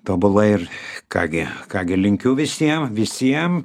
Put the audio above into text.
tobulai ir ką gi ką gi linkiu visiem visiem